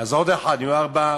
אז עוד אחד, נהיו ארבעה.